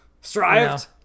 strived